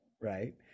right